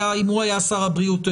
אם הוא היה שר הבריאות,